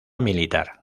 militar